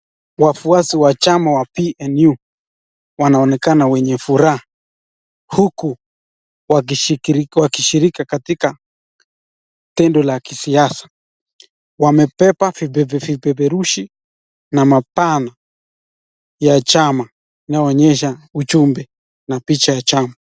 Wafuasi wa chama wa PNU wanaonekana wenye furaha uku wakishiriki katika tendo la kisiasa. Wamebeba vipeperushi na mabango ya chama inayoonyesha ujumbe na picha ya chama.